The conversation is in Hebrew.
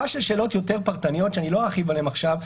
של שאלות יותר פרטניות שאני לא ארחיב עליהן עכשיו,